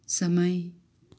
समय